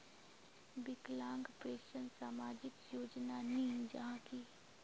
विकलांग पेंशन सामाजिक योजना नी जाहा की?